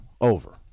Over